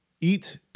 eat